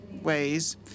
ways